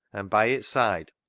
and by its side,